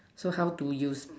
so how do you